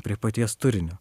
prie paties turinio